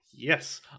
Yes